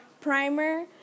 primer